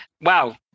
wow